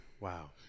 wow